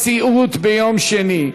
בנשיאות ביום שני,